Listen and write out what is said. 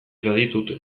baditut